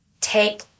take